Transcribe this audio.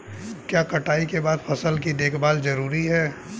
क्या कटाई के बाद फसल की देखभाल जरूरी है?